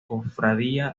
cofradía